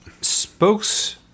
spokes